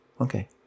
Okay